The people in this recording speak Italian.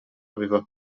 aveva